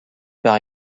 part